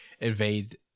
evade